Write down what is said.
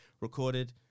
Recorded